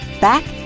back